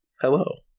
hello